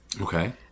okay